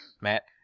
Matt